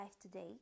today